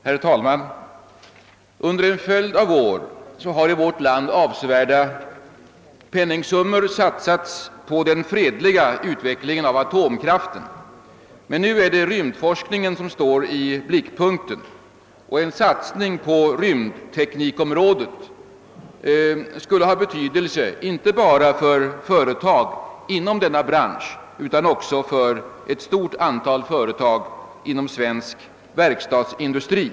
Herr talman! Under en följd av år har i vårt land avsevärda penningsummor satsats på den fredliga utvecklingen av atomkraften. Men nu är det rymdforskningen som står i blickpunkten, och en satsning på rymdteknikområdet skulle ha betydelse inte bara för företag inom denna bransch utan också för ett stort antal företag inom svensk verkstadsindustri.